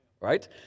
right